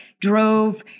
drove